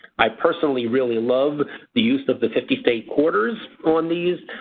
i personally really love the use of the fifty state quarters on these.